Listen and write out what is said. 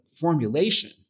formulation